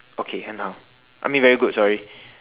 okay 很好 I mean very good sorry